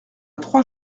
trois